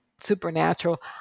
supernatural